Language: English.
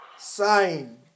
Sign